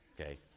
Okay